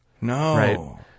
No